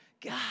God